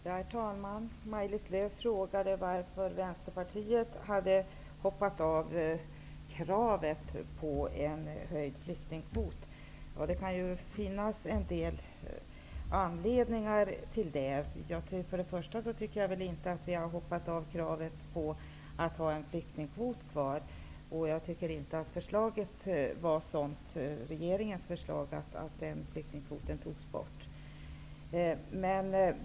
Herr talman! Maj-Lis Lööw frågade varför Vänsterpartiet hade hoppat av kravet på en höjd flyktingkvot. Det kan ju finnas en del anledningar till det. Jag tycker inte att vi har hoppat av kravet att ha en flyktingkvot kvar. Regeringens förslag var inte sådant att flyktingkvoten togs bort.